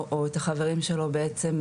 מבחינתי זה היום יום הקיומי שלי בשביל לפתוח את